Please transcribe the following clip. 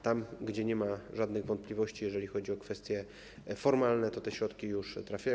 Tam, gdzie nie ma żadnych wątpliwości, jeżeli chodzi o kwestie formalne, te środki już trafiają.